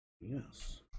Yes